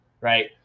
right